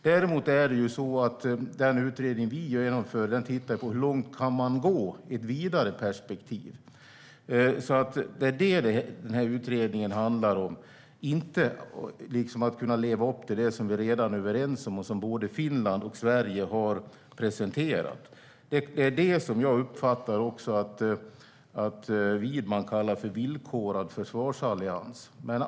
Däremot tittar den utredning vi nu genomför på hur långt man kan gå i ett vidare perspektiv. Det är det som utredningen handlar om, inte om att kunna leva upp till det som vi redan är överens om och som både Finland och Sverige har presenterat. Det är det jag uppfattar att Widman kallar för villkorad försvarsallians.